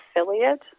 affiliate